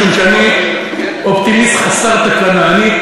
משום שאני אופטימיסט חסר תקנה.